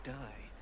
die